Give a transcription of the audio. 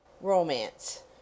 romance